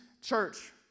Church